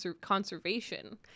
conservation